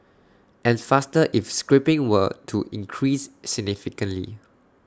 and faster if scrapping were to increase significantly